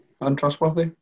Untrustworthy